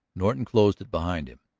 norton closed it behind him.